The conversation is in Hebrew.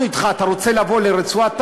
אנחנו אתך, אתה רוצה לבוא לרצועת-עזה?